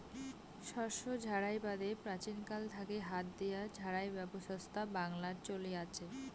শস্য ঝাড়াই বাদে প্রাচীনকাল থাকি হাত দিয়া ঝাড়াই ব্যবছস্থা বাংলাত চলি আচে